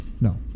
no